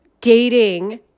dating